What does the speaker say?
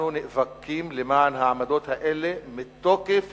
אנו נאבקים למען העמדות האלה מתוקף